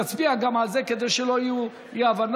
נצביע גם על זה כדי שלא יהיו אי-הבנות.